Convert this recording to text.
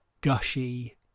gushy